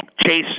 Chase